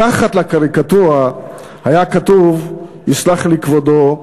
מתחת לקריקטורה היה כתוב, יסלח לי כבודו,